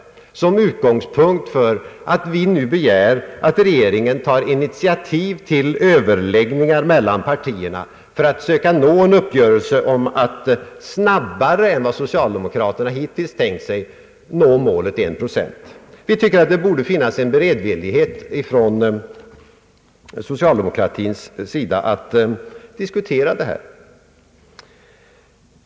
Jag gör det med utgångspunkten att vi nu begär att regeringen tar initiativ till överläggningar med partierna för att försöka nå en uppgörelse om att snabbare än socialdemokraterna = hittills tänkt sig nå målet 1 procent. Vi anser att det borde finnas en beredvillighet från socialdemokratins sida att diskutera detta.